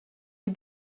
you